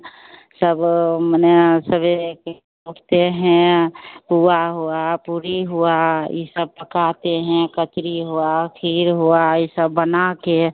सब मने सवेरे कर उठते हैं पुआ हुआ पूरी हुआ यह सब पकाते हैं कचरी हुआ खीर हुआ यह सब बना कर